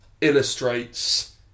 illustrates